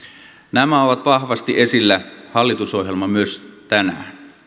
nämä ovat vahvasti esillä hallitusohjelmassa myös tänään